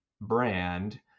brand